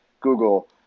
Google